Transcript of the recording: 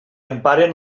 emparen